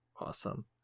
Awesome